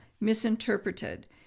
misinterpreted